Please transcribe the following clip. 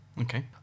Okay